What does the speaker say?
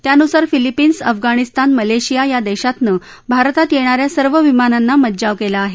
त्यान्सार Philippines Afghanistan Malaysia या देशातनं भारतात येणाऱ्या सर्व विमानांना मज्जाव केला आहे